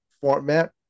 format